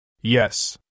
Yes